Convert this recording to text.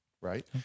Right